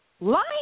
lying